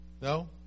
No